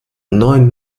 neuen